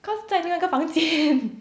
cause 在另外一个房间